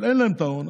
אבל אין להם את ההון,